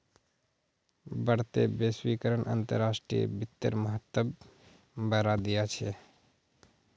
बढ़ते वैश्वीकरण अंतर्राष्ट्रीय वित्तेर महत्व बढ़ाय दिया छे